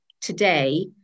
today